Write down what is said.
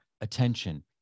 attention